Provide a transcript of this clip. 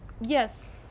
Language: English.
yes